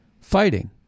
fighting